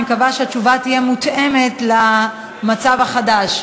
אני מקווה שהתשובה תהיה מותאמת למצב החדש,